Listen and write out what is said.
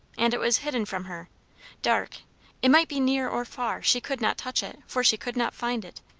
and it was hidden from her dark it might be near or far, she could not touch it, for she could not find it.